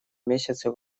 месяцы